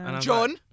John